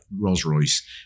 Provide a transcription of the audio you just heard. Rolls-Royce